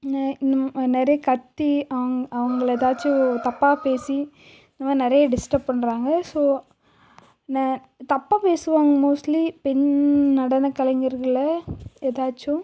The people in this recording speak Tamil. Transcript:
நெ இன்னும் நிறைய கத்தி அவுங் அவங்கள ஏதாச்சும் தப்பாக பேசி இந்தமாதிரி நிறைய டிஸ்டர்ப் பண்ணுறாங்க ஸோ நெ தப்பாக பேசுவாங்க மோஸ்லி பெண் நடனக்கலைஞர்களை ஏதாச்சும்